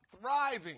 thriving